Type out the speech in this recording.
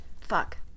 fuck